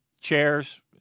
chairs